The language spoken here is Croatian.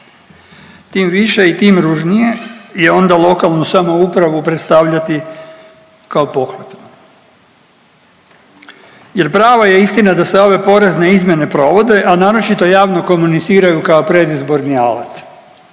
Tim više i tim ružnije je onda lokalnu samoupravu predstavljati kao pohlepnu, jer prava je istina da se ove porezne izmjene provode, a naročito javno komuniciraju kao predizborni alat,